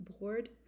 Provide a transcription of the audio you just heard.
board